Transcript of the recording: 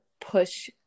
push